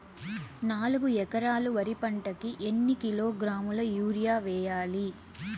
నాలుగు ఎకరాలు వరి పంటకి ఎన్ని కిలోగ్రాముల యూరియ వేయాలి?